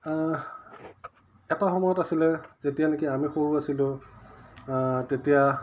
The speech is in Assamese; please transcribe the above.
এটা সময়ত আছিলে যেতিয়া নেকি আমি সৰু আছিলোঁ তেতিয়া